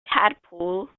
tadpole